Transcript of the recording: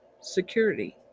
security